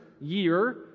year